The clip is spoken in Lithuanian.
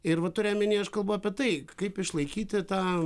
ir vat turiu ameny aš kalbu apie tai kaip išlaikyti tą